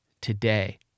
today